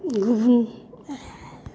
गुबुन